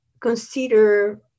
consider